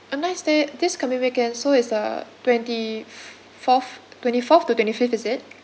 a night stay this coming weekend so is uh twenty f~ fourth twenty fourth to twenty fifth is it